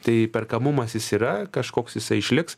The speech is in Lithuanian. tai perkamumas jis yra kažkoks jisai išliks